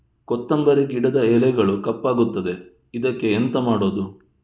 ಕೊತ್ತಂಬರಿ ಗಿಡದ ಎಲೆಗಳು ಕಪ್ಪಗುತ್ತದೆ, ಇದಕ್ಕೆ ಎಂತ ಮಾಡೋದು?